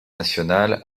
nationale